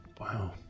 Wow